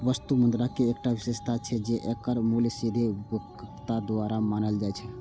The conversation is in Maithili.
वस्तु मुद्राक एकटा विशेषता छै, जे एकर मूल्य सीधे उपयोगकर्ता द्वारा मानल जाइ छै